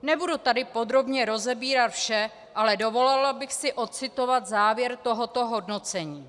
Nebudu tady podrobně rozebírat vše, ale dovolila bych si odcitovat závěr tohoto hodnocení: